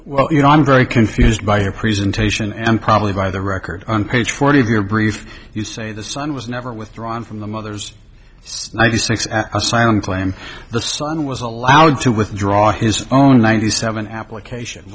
parent you know i'm very confused by your presentation and probably by the record on page forty of your brief you say the son was never withdrawn from the mother's i just asylum claim the son was allowed to withdraw his own ninety seven application